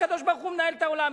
הקדוש-ברוך-הוא מנהל את העולם,